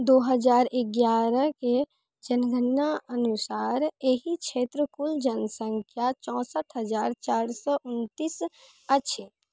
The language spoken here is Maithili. दू हजार एगारह के जनगणना अनुसार एहि क्षेत्रक कुल जनसङ्ख्या चौंसठ हजार चारि सए उनतीस अछि